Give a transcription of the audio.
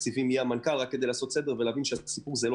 התקציבים ימונה למנכ"ל רק כדי להוכיח שזה לא